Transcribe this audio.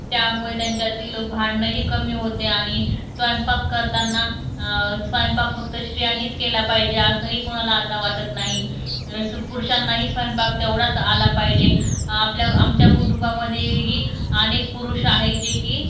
त्यामुळे त्यांच्यातील भांडणंही कमी होते आणि स्वयंपाक करताना स्वयंपाक फक्त स्त्रियांनीच केला पाहिजे असंही कोणाला आता वाटत नाही पुरुषांनाही आता स्वयंपाक तेवढाच आला पाहिजे आपल्या आमच्या कुटुंबामध्येही अनेक पुरुष आहेत जे की